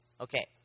Okay